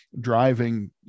driving